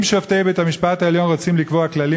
אם שופטי בית-המשפט העליון רוצים לקבוע כללים